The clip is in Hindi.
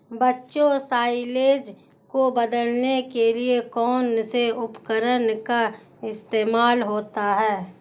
बच्चों साइलेज को बदलने के लिए कौन से उपकरण का इस्तेमाल होता है?